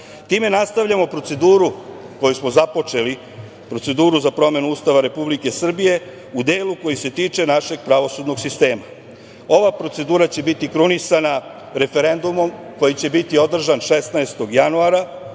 nastavljamo proceduru koju smo započeli, proceduru za promenu Ustava Republike Srbije u delu koji se tiče našeg pravosudnog sistema. Ova procedura će biti krunisana referendumom koji će biti održan 16. januara